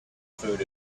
food